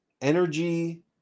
energy